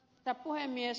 herra puhemies